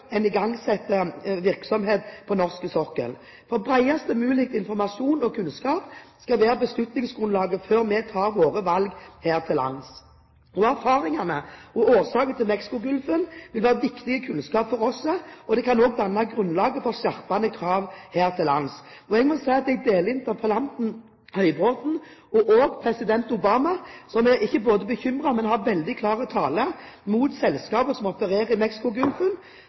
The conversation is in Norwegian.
en igangsetter virksomhet på norsk sokkel. En bredest mulig informasjon og kunnskap skal være beslutningsgrunnlaget før vi tar våre valg her til lands. Erfaringene fra og årsaken til situasjonen i Mexicogolfen vil være viktig kunnskap for oss, og det kan også danne grunnlaget for skjerpede krav her til lands. Jeg må si at jeg deler interpellanten Høybråtens syn, og også president Obamas syn, som ikke bare er bekymret, men har veldig klar tale mot selskapet som opererer i